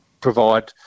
provide